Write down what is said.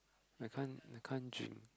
I can't I can't drink